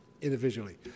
individually